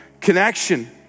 connection